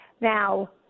Now